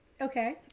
Okay